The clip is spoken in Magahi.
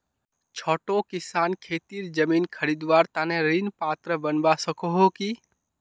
छोटो किसान खेतीर जमीन खरीदवार तने ऋण पात्र बनवा सको हो कि?